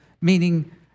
meaning